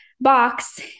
box